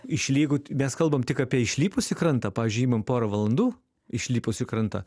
išlygu mes kalbam tik apie išlipus į krantą pavyzdžiui imam porą valandų išlipus į krantą